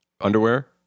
Underwear